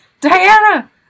Diana